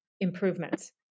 improvements